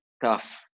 tough